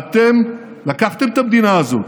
ואתם לקחתם את המדינה הזאת,